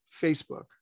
Facebook